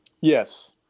Yes